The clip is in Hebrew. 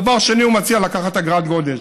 דבר שני, הוא מציע לקחת אגרת גודש.